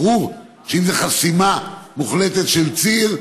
ברור שאם זו חסימה מוחלטת של ציר,